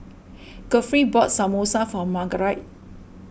Godfrey bought Samosa for Margarite